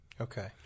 Okay